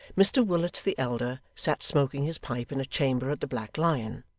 mr willet the elder sat smoking his pipe in a chamber at the black lion.